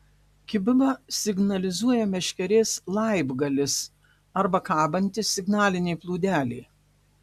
kibimą signalizuoja meškerės laibgalis arba kabanti signalinė plūdelė